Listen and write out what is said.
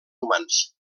humans